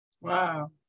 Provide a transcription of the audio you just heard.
Wow